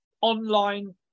Online